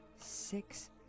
six